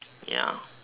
ya